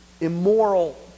immoral